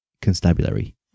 constabulary